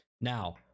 Now